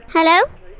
Hello